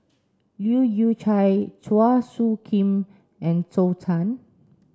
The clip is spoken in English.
Leu Yew Chye Chua Soo Khim and Zhou Can